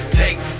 take